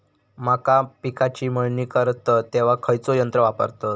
मका पिकाची मळणी करतत तेव्हा खैयचो यंत्र वापरतत?